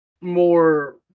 more